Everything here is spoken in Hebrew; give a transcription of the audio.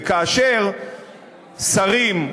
וכאשר שרים,